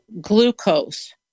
glucose